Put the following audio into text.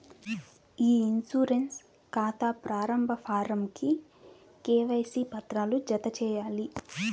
ఇ insurance కాతా ప్రారంబ form కి కేవైసీ పత్రాలు జత చేయాలి